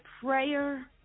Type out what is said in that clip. prayer